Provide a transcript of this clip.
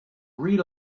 read